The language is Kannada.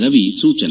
ರವಿ ಸೂಚನೆ